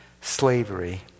slavery